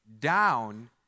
Down